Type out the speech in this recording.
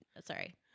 Sorry